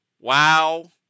wow